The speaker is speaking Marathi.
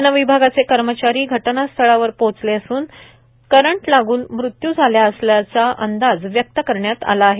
वनविभागाचे कर्मचारी घटनास्थळावर पोहचले असून करंट लागून मृत्यू झाला असल्याचा अंदाज व्यक्त करण्यात आलं आहे